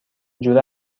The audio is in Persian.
جوره